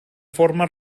forma